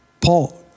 Paul